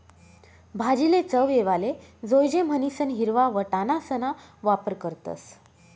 भाजीले चव येवाले जोयजे म्हणीसन हिरवा वटाणासणा वापर करतस